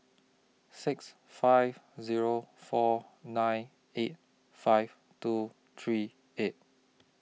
six five Zero four nine eight five two three eight